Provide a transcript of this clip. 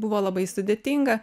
buvo labai sudėtinga